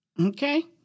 Okay